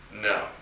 No